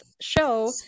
show